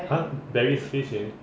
!huh! barry's face change